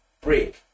break